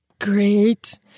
Great